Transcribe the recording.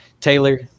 Taylor